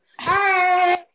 hey